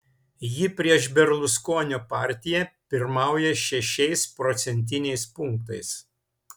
ji prieš berluskonio partiją pirmauja šešiais procentiniais punktais